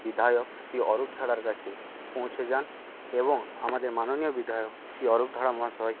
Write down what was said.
বিধায়ক শ্রী অরূপ ধাড়ার কাছে পৌঁছে যান এবং আমাদের মাননীয় বিধায়ক শ্রী অরূপ ধাড়া মহাশয়